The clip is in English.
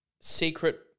Secret